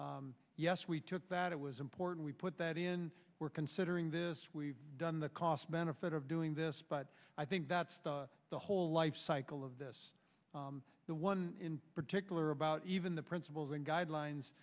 yes we took that it was important we put that in we're considering this we've done the cost benefit of doing this but i think that's the whole lifecycle of this the one in particular about even the principles and guidelines